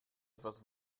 etwas